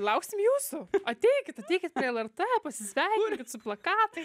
lauksim jūsų ateikit ateikit prie lrt pasisveikinkit su plakatais